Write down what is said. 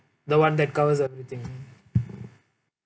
the [one] that covers everything